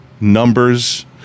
numbers